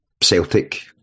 Celtic